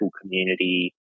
community